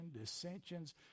dissensions